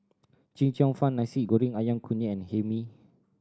Chee Cheong Fun Nasi Goreng Ayam Kunyit and Hae Mee